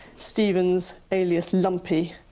stevens, alias lumpy,